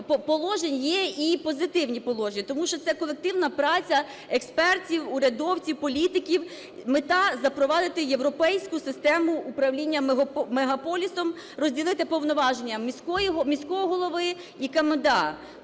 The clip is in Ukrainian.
є і позитивні положення, тому що це колективна праця експертів, урядовців, політиків. Мета – запровадити європейську систему управління мегаполісом, розділити повноваження міського голови і КМДА.